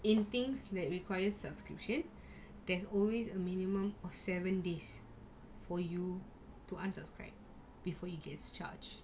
in things that requires subscription there's always a minimum of seven days for you to unsubscrbe before it gets charged